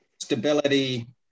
stability